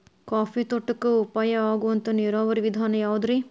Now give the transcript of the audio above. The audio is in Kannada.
ಕಾಫಿ ತೋಟಕ್ಕ ಉಪಾಯ ಆಗುವಂತ ನೇರಾವರಿ ವಿಧಾನ ಯಾವುದ್ರೇ?